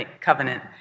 covenant